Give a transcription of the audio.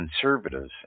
conservatives